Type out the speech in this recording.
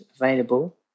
available